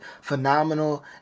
phenomenal